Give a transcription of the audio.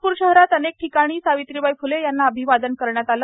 नागपूर शहरात अनेक ठिकाणी सावित्रीबाई फुले यांना अभिवादन करण्यात आले